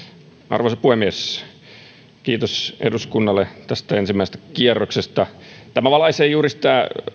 arvoisa puhemies kiitos eduskunnalle tästä ensimmäisestä kierroksesta tämä valaisee juuri sitä